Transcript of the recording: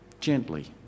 gently